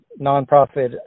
nonprofit